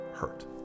hurt